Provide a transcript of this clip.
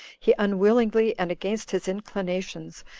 he unwillingly, and against his inclinations,